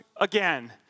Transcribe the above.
again